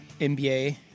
NBA